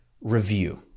review